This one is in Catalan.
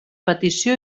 petició